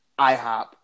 IHOP